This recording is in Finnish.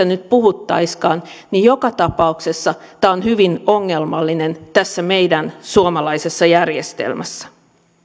nyt puhuttaisikaan niin joka tapauksessa tämä on hyvin ongelmallinen tässä meidän suomalaisessa järjestelmässämme